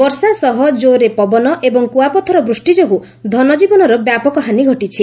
ବର୍ଷା ସହ ଜୋର୍ରେ ପବନ ଏବଂ କୁଆପଥର ବୃଷ୍ଟି ଯୋଗୁଁ ଧନଜୀବନର ବ୍ୟାପକ ହାନି ଘଟିଛି